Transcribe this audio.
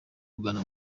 ugana